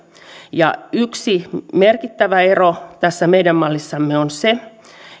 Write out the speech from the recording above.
yksi merkittävä ero tässä meidän mallissamme on se